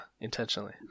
intentionally